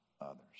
others